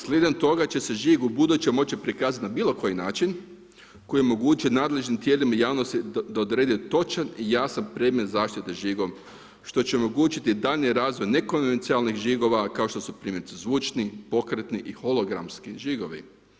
Slijedom toga će se žig ubuduće moći prikazati na bilo koji način koji omogućuje nadležnim tijelima da odrede točan i jasan predmet zaštite žigom što će omogućiti daljnji razvoj nekonvencionalnih žigova kao što su primjerice zvučni, pokretni i hologramski žigovi.